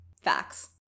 Facts